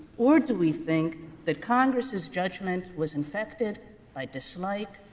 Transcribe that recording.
or do we think that congress's judgment was infected by dislike,